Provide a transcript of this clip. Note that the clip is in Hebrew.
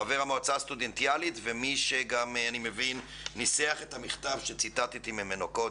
חבר המועצה הסטודנטיאלית ומי שגם ניסח את המכתב שציטטתי ממנו קודם.